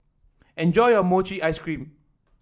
enjoy your Mochi Ice Cream